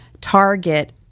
target